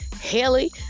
Haley